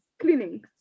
cleaning